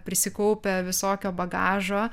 prisikaupia visokio bagažo